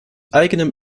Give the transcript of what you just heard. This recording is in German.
eigenem